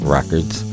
Records